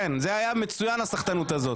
כן זה היה מצוין הסחטנות הזאת.